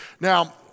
Now